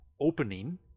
opening